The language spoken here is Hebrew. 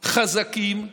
חזקים ויעילים.